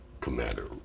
commander